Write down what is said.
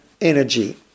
energy